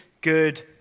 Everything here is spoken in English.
good